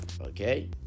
Okay